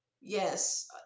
yes